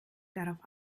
darauf